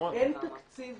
אין תקציב